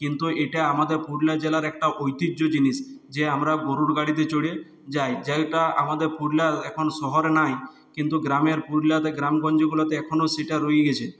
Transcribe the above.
কিন্তু এটা আমাদের পুরুলিয়া জেলার একটা ঐতিহ্য জিনিস যে আমরা গরুর গাড়িতে চড়ে যাই যেইটা আমাদের পুরুলিয়া এখন শহরে নাই কিন্তু গ্রামের পুরুলিয়াতে গ্রামগঞ্জগুলোতে এখনও সেটা রয়ে গেছে